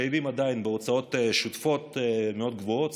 בעלי הגנים חייבים עדיין בהוצאות שוטפות מאוד גבוהות,